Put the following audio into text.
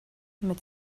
mit